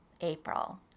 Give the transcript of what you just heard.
April